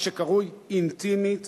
מה שקרוי: אינטימית,